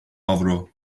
avro